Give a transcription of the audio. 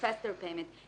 ה-פסטר פיימנט.